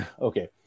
okay